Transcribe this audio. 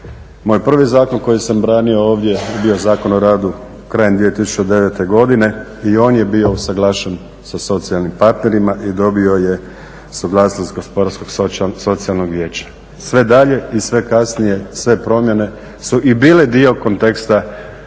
Moj prvi zakon koji sam branio ovdje je bio Zakon o radu krajem 2009. godine i on je bio usuglašen sa socijalnim partnerima i dobio je suglasnost gospodarskog socijalnog vijeća. Sve dalje i sve kasnije sve promjene su i bile dio konteksta